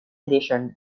edition